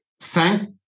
Thank